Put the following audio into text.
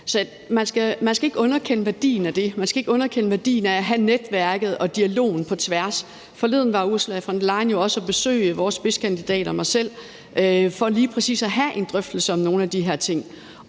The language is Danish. år. Man skal ikke underkende værdien af det. Man skal ikke underkende værdien af at have netværket og dialogen på tværs. Forleden besøgte Ursula von der Leyen jo også vores spidskandidat og mig selv for lige præcis at have en drøftelse om nogle af de her ting,